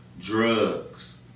drugs